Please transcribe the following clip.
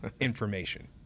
information